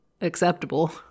acceptable